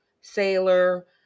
sailor